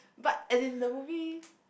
but as in the movie